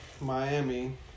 Miami